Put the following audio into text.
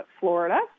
Florida